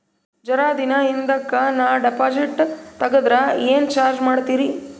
ಜರ ದಿನ ಹಿಂದಕ ನಾ ಡಿಪಾಜಿಟ್ ತಗದ್ರ ಏನ ಚಾರ್ಜ ಮಾಡ್ತೀರಿ?